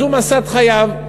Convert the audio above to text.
זו משאת חייו.